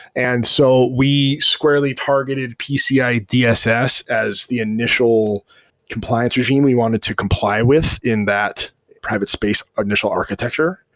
and so we squarely targeted pci dss as the initial compliance regime. we wanted to comply with in that private space ah initial architecture.